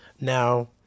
Now